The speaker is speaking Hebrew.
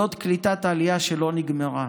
זאת קליטת עלייה שלא נגמרה.